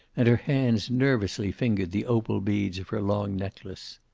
and her hands nervously fingered the opal beads of her long necklace.